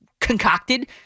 concocted